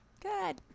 Good